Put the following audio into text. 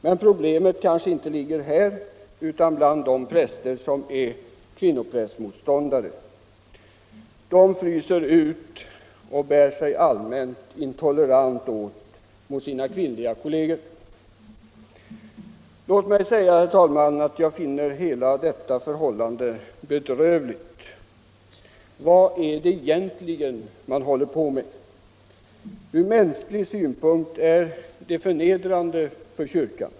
Men problemet kanske inte ligger där utan bland de präster som är kvinnoprästmotståndare. De fryser ut och bär sig allmänt intolerant åt mot sina kvinnliga kollegor. Låt mig säga, herr talman, att jag finner hela detta förhållande bedrövligt. Vad är det egentligen man håller på med? Ur mänsklig synpunkt är det förnedrande för kyrkan.